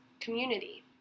community